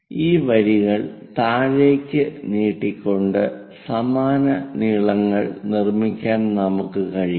ഈ വരികൾ താഴേക്ക് നീട്ടിക്കൊണ്ട് സമാന നീളങ്ങൾ നിർമ്മിക്കാൻ നമുക്ക് കഴിയും